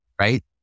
Right